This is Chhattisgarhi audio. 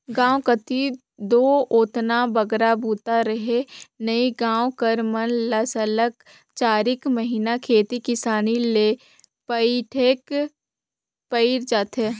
गाँव कती दो ओतना बगरा बूता रहें नई गाँव कर मन ल सरलग चारिक महिना खेती किसानी ले पइठेक पइर जाथे